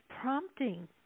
prompting